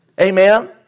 Amen